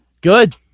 Good